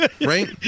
right